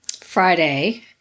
Friday